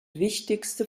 wichtigste